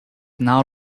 now